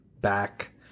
back